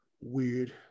weird